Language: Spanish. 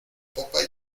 popa